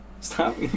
Stop